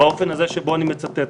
באופן הזה שבו אני מצטט.